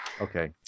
Okay